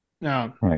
Now